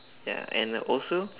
ya and also